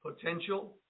potential